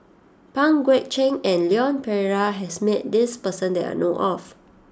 Pang Guek Cheng and Leon Perera has met this person that I know of